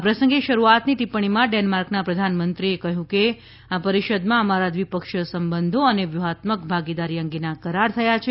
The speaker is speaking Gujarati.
આ પ્રસંગે શરૂઆતની ટિપ્પણીમાં ડેનમાર્કના પ્રધાનમંત્રી ફેડરિકસેને કહ્યું કે આ પરિષદમાં અમારા દ્વિપક્ષીય સંબંધો અને વ્યૂહાત્મક ભાગીદારી અંગેના કરાર થયા છે